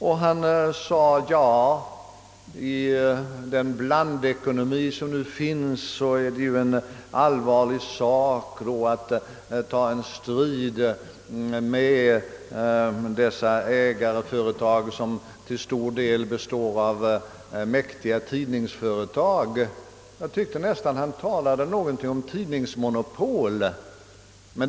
Herr Palme framhöll att det i en blandekonomi som den nuvarande är besvärligt att ta upp en strid med sådana ägarföretag, som till stor del utgörs av mäktiga tidningsbolag. Jag tyckte t.o.m. att ett tidningsmonopol nämndes i detta sammanhang.